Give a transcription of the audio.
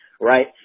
right